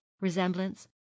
resemblance